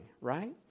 right